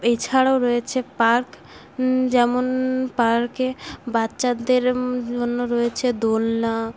এছাড়াও রয়েছে পার্ক যেমন পার্কে বাচ্চাদের জন্য রয়েছে দোলনা